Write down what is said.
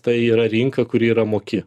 tai yra rinka kuri yra moki